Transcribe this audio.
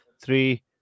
three